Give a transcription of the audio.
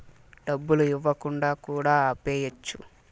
డబ్బులు ఇవ్వకుండా కూడా ఆపేయచ్చు